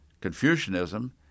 Confucianism